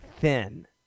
thin